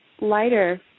lighter